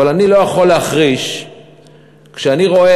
אבל אני לא יכול להחריש כשאני רואה